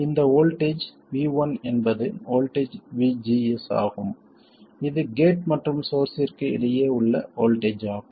இந்த voltage V1 என்பது voltage VGS ஆகும் இது கேட் மற்றும் சோர்ஸ்ஸிற்கு இடையே உள்ள வோல்ட்டேஜ் ஆகும்